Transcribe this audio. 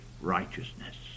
righteousness